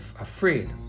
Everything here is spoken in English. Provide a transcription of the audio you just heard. afraid